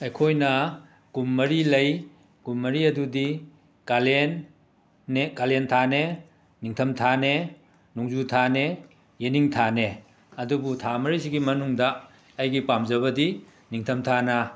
ꯑꯩꯈꯣꯏꯅ ꯀꯨꯝ ꯃꯔꯤ ꯂꯩ ꯀꯨꯝ ꯃꯔꯤ ꯑꯗꯨꯗꯤ ꯀꯥꯂꯦꯟ ꯅꯦ ꯀꯥꯂꯦꯟꯊꯥꯅꯦ ꯅꯤꯡꯊꯝꯊꯥꯅꯦ ꯅꯣꯡꯖꯨꯊꯥꯅꯦ ꯌꯦꯅꯤꯡꯊꯥꯅꯦ ꯑꯗꯨꯕꯨ ꯊꯥ ꯃꯔꯤꯁꯤꯒꯤ ꯃꯅꯨꯡꯗ ꯑꯩꯒꯤ ꯄꯥꯝꯖꯕꯗꯤ ꯅꯤꯡꯊꯝꯊꯥꯅ